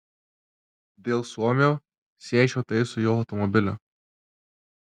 dėl suomio siečiau tai su jo automobiliu